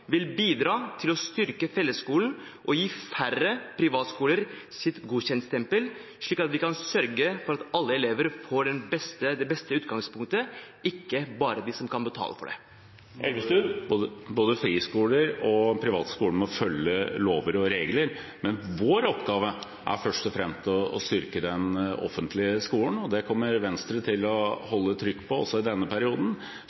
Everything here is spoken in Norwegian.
vil bidra til å styrke fellesskolen og gi færre privatskoler et godkjentstempel, slik at vi kan sørge for at alle elever får det beste utgangspunktet, ikke bare de som kan betale for det. Både friskoler og privatskoler må følge lover og regler. Vår oppgave er først og fremst å styrke den offentlige skolen. Det kommer Venstre til å